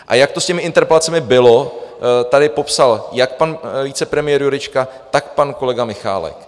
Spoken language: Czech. A jak to s těmi interpelacemi bylo, tady popsal jak pan vicepremiér Jurečka, tak pan kolega Michálek.